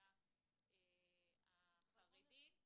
האוכלוסייה החרדית.